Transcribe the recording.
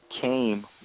came